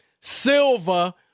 Silva